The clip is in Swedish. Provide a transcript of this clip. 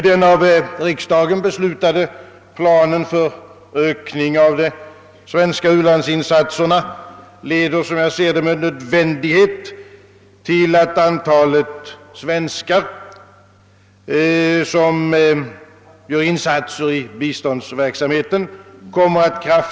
Den av riksdagen beslutade planen för ökning av de svenska u-landsinsatserna leder, som jag ser det, med nödvändighet till att antalet svenskar som gör insatser i biståndsverksamheten kraftigt kommer att öka.